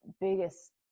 biggest